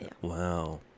Wow